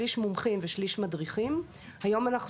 שליש מומחים ושליש מדריכים היום אנחנו